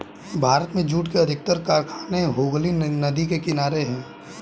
भारत में जूट के अधिकतर कारखाने हुगली नदी के किनारे हैं